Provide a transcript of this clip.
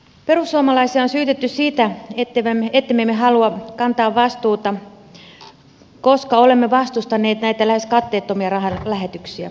perussuomalaisia on syytetty siitä ettemme me halua kantaa vastuuta koska olemme vastustaneet näitä lähes katteettomia rahalähetyksiä